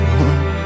one